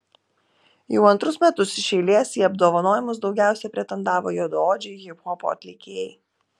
jau antrus metus iš eilės į apdovanojimus daugiausiai pretendavo juodaodžiai hiphopo atlikėjai